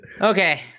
Okay